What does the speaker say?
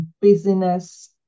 business